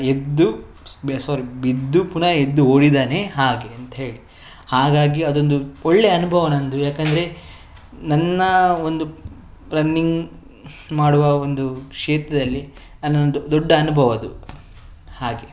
ಎದ್ದು ಸಾರಿ ಬಿದ್ದು ಪುನಃ ಎದ್ದು ಓಡಿದ್ದಾನೆ ಹಾಗೆ ಅಂತಹೇಳಿ ಹಾಗಾಗಿ ಅದೊಂದು ಒಳ್ಳೆಯ ಅನುಭವ ನನ್ನದು ಯಾಕೆಂದ್ರೆ ನನ್ನ ಒಂದು ರನ್ನಿಂಗ್ ಮಾಡುವ ಒಂದು ಕ್ಷೇತ್ರದಲ್ಲಿ ನನ್ನ ಒಂದು ದೊಡ್ಡ ಅನುಭವ ಅದು ಹಾಗೆ